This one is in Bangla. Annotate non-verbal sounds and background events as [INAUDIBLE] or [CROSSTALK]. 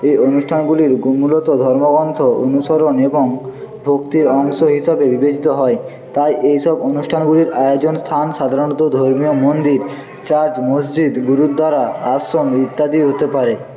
এই অনুষ্ঠানগুলির [UNINTELLIGIBLE] ধর্মগন্থ অনুসরণ এবং ভক্তির অংশ হিসাবে বিবেচিত হয় তাই এইসব অনুষ্ঠানগুলির আয়োজন স্থান সাধারণত ধর্মীয় মন্দির চার্চ মসজিদ গুরুদ্বার আশ্রম ইত্যাদি হতে পারে